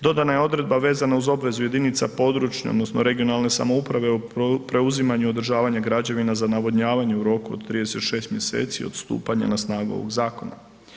Dodana je odredba vezano uz obvezu jedinica područne odnosno regionalne samouprave o preuzimanju i održavanju građevina za navodnjavanje u roku od 36 mjeseci od stupanja na snagu ovog zakona.